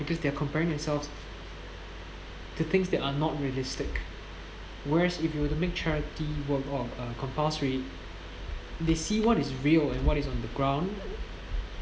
because they are comparing themselves to things that are not realistic whereas if you were to make charity work of compulsory they see what is real and what is on the ground